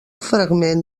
fragment